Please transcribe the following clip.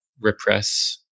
repress